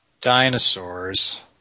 dinosaurs